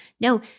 No